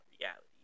reality